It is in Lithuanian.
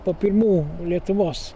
po pirmų lietuvos